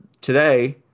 today